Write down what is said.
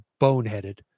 boneheaded